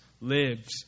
lives